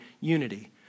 unity